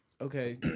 Okay